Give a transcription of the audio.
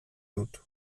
dut